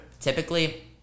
typically